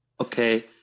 Okay